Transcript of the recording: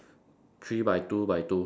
three by two by two